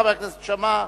חבר הכנסת שאמה,